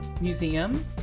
museum